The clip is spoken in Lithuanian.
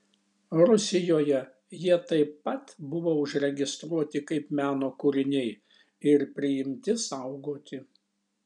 rusijoje jie taip pat buvo užregistruoti kaip meno kūriniai ir priimti saugoti